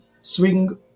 swing